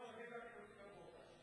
המושבים והקיבוצים עברו אותם.